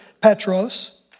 Petros